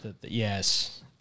Yes